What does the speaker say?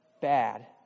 bad